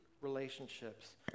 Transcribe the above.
relationships